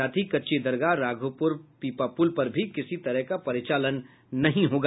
साथ ही कच्ची दरगाह राघोपुर पुल पर भी किसी तरह का परिचालन नहीं होगा